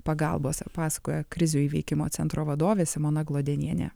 pagalbos pasakoja krizių įveikimo centro vadovė simona glodenienė